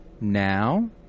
now